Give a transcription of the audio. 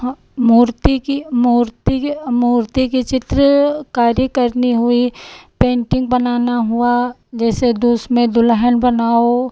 मूर्ति की मूर्ति की मूर्ति की चित्रकारी करनी हुई पेन्टिन्ग बनाना हुआ जैसे उसमें दुल्हन बनाओ